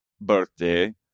birthday